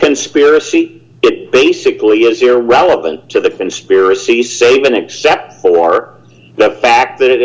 conspiracy it basically d is irrelevant to the conspiracy seven except for the fact that it